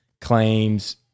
claims